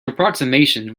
approximation